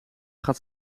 gaat